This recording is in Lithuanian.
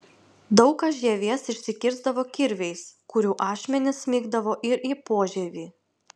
daug kas žievės išsikirsdavo kirviais kurių ašmenys smigdavo ir į požievį